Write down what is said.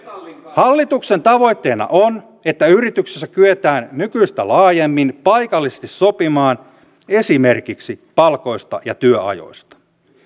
hallituksen tavoitteena on että yrityksissä kyetään nykyistä laajemmin paikallisesti sopimaan esimerkiksi palkoista ja työajoista